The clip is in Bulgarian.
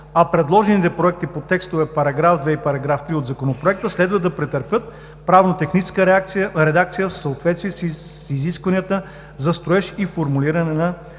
а предложените проекти по текстове в § 2 и § 3 от Законопроекта следва да претърпят правно-техническа редакция в съответствие с изискванията за строеж и формулиране на